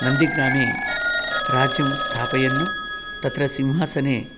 नन्दिग्रामे राज्यं स्थापयन् तत्र सिंहसने